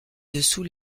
dessous